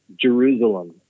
Jerusalem